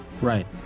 Right